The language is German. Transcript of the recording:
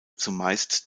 zumeist